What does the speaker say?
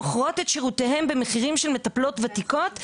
מוכרות את שירותיהן במחירים של מטפלות ותיקות,